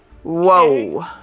Whoa